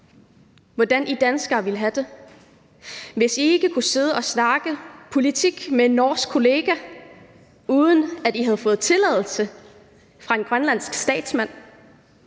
hvordan I danskere ville have det, hvis ikke I kunne sidde og snakke politik med en norsk kollega, uden at I havde fået tilladelse fra en grønlandsk statsmand,